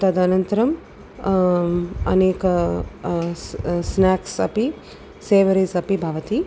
तदनन्तरम् अनेके स् स्नाक्स् अपि सेवरिस् अपि भवति